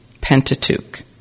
Pentateuch